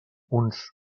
uns